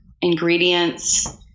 ingredients